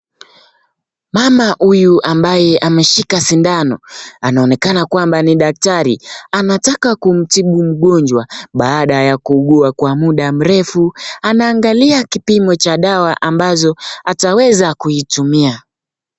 Mama huyu ambaye ameshika sindano, anaonekana kwamba ni daktari anataka kumtibu mgonjwa baada ya kuugua kwa muda mrefu, anaangalia kipimo cha dawa ambazo ataweza kuitumia.